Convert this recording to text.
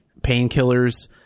painkillers